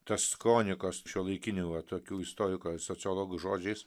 tas kronikos šiuolaikinių va tokių istorikų ar sociologų žodžiais